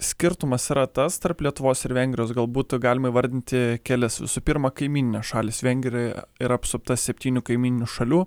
skirtumas yra tas tarp lietuvos ir vengrijos gal būtų galima įvardinti kelis visų pirma kaimyninės šalys vengrija yra apsupta septynių kaimyninių šalių